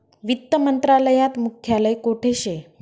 वित्त मंत्रालयात मुख्यालय कोठे शे